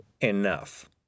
enough